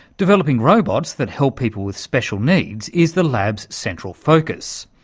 developing robots that help people with special needs is the lab's central focus.